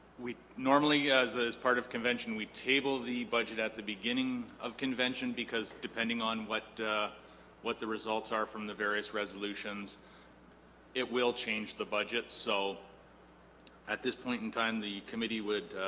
we normally yeah as as part of convention we table the budget at the beginning of convention because depending on what what the results are from the various resolutions it will change the budget so at this point in time the committee would